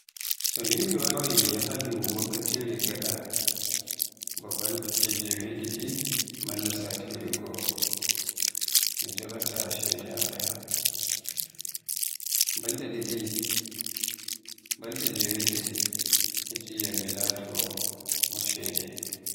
So ni mi wawai yahdu wakkatire gada ba balde jewedidi malla satire goo, mi jaabata ceede am re'a. Balde didi, balde jewedidi hetciyam mi laato mo ceede.